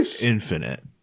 infinite